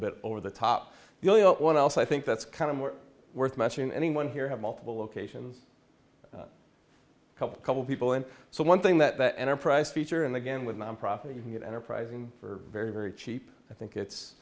bit over the top the only one else i think that's kind of were worth mentioning anyone here have multiple locations a couple a couple people and so one thing that the enterprise feature and again with nonprofit you can get enterprising for very very cheap i think it's